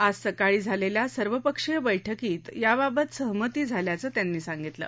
आज सकाळी झालेल्या सर्वपक्षीय बैठकीत याबाबत सहमती झाल्याचं त्यांनी सांगितलं